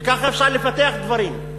וככה אפשר לפתח דברים.